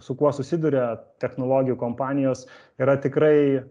su kuo susiduria technologijų kompanijos yra tikrai